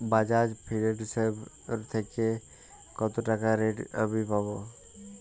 Bajaj Finserv থেকে কতো টাকা ঋণ আমি পাবো?